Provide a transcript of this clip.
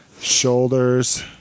shoulders